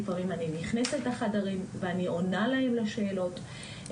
לפעמים אני נכנסת לחדרים ואני עונה להם לשאלות,